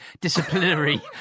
disciplinary